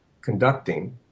conducting